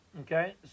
okay